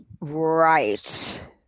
Right